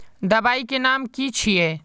दबाई के नाम की छिए?